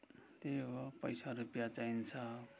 त्यही हो पैसा रुपियाँ चाहिन्छ